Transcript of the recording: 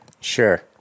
Sure